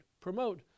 promote